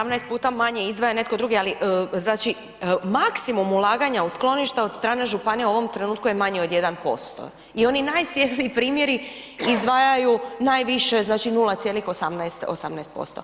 Da, 18 puta manje izdvaja netko drugi, ali znači maksimum ulaganja u skloništa od strane županija u ovom trenutku je manji od 1% i oni najsvjetliji primjeri izdvajaju najviše znači 0,18, 18%